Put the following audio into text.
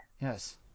Yes